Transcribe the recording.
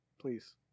please